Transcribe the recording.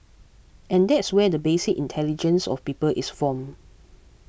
and that's where the basic intelligence of people is formed